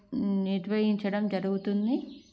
నిర్వహించడం జరుగుతుంది